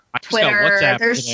Twitter